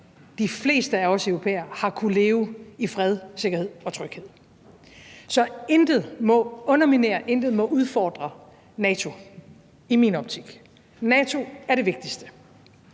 de fleste af os europæere – har kunnet leve i fred, sikkerhed og tryghed. Så intet må underminere og intet må udfordre NATO i min optik. NATO er det vigtigste.